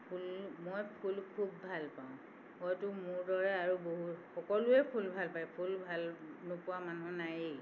ফুল মই ফুল খুব ভাল পাওঁ হয়তো মোৰ দৰে আৰু বহুত সকলোৱে ফুল ভাল পায় ফুল ভাল নোপোৱা মানুহ নায়েই